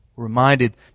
reminded